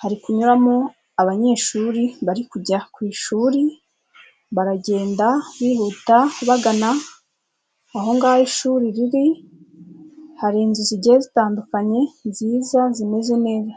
hari kunyuramo abanyeshuri bari kujya ku ishuri, baragenda bihuta bagana aho ngaho ishuri riri, hari inzu zigiye zitandukanye nziza zimeze neza.